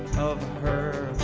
of her